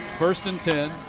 first and ten.